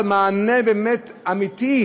אבל מענה אמיתי,